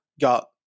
got